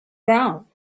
brown